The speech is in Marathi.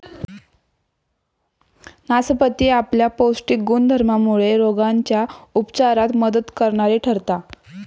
नासपती आपल्या पौष्टिक गुणधर्मामुळे रोगांच्या उपचारात मदत करणारी ठरता